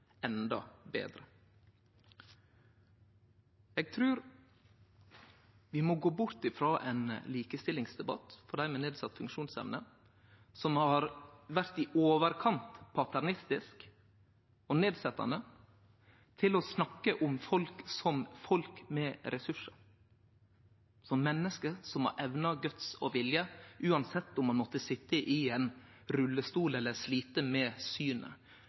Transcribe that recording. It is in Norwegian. endå betre. Eg trur vi må gå bort frå ein likestillingsdebatt for dei med nedsett funksjonsevne, som har vore i overkant paternalistisk og nedsettande til å snakke om folk som folk med ressursar, som menneske som har evner, «guts» og vilje uansett om ein måtte sitje i ein rullestol eller slite med synet,